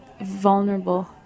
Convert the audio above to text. vulnerable